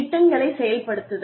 திட்டங்களை செயல்படுத்துதல்